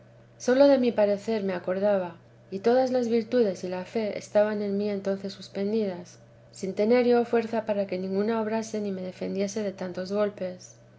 sóío de mi parecer me acordaba y todas las virtudes y la fe estaban en mí entonces suspendidas sin tener yo fuerza para que ninguna obrase ni me defendiese de tantos golpes